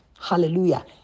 Hallelujah